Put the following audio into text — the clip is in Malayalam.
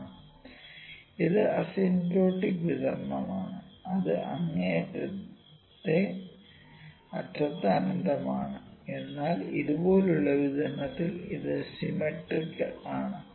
PDF 12π2 e x μ222 ഇത് അസിംപ്റ്റോട്ടിക് വിതരണമാണ് അത് അങ്ങേയറ്റത്തെ അറ്റത്ത് അനന്തമാണ് എന്നാൽ ഇതുപോലുള്ള വിതരണത്തിൽ ഇത് സിമെട്രിക്കൽ ആണ്